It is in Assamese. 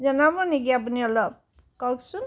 জনাব নেকি আপুনি অলপ কওকচোন